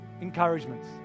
encouragements